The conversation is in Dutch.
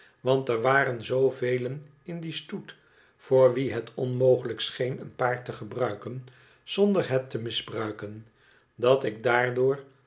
want er waren zoovelen in dien stoet voor wien het onmogelijk scheen een paard te gebruiken zonder hot te misbruiken dat ik daardoor